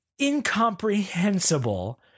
incomprehensible